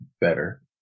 better